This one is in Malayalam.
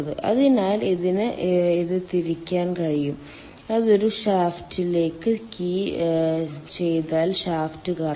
അതിനാൽ ഇതിന് ഇത് തിരിക്കാൻ കഴിയും അത് ഒരു ഷാഫ്റ്റിലേക്ക് കീ ചെയ്താൽ ഷാഫ്റ്റ് കറങ്ങും